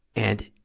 and,